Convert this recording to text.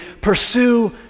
pursue